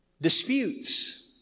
Disputes